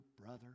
brother